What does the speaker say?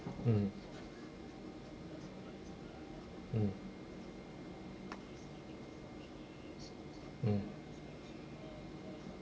mm mm mm